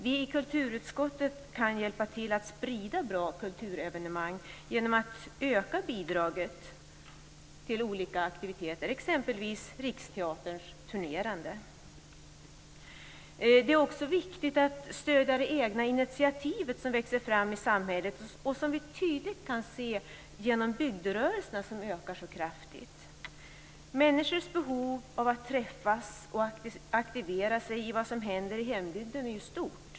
Vi i kulturutskottet kan hjälpa till att sprida bra kulturevenemang genom att öka bidragen till olika aktiviteter, exempelvis Riksteaterns turnerande. Det är också viktigt att stödja det egna initiativet som växer fram i samhället, något vi tydligt kan se genom att bygderörelserna ökar kraftigt. Människors behov av att träffas och aktivera sig i vad som händer i hembygden är stort.